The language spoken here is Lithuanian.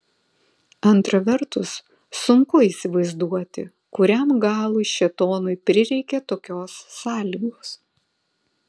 antra vertus sunku įsivaizduoti kuriam galui šėtonui prireikė tokios sąlygos